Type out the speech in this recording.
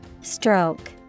Stroke